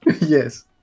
Yes